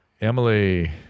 Emily